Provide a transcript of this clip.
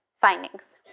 findings